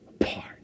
apart